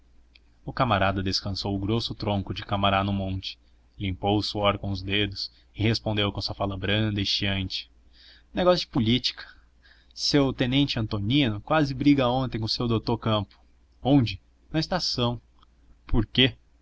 o camarada descansou o grosso tronco de camará no monte limpou o suor com os dedos e respondeu com a sua fala branda e chiante negócio de política seu tenente antonino quase briga ontem com seu dotô campo onde na estação por quê